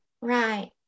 Right